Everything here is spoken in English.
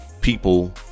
people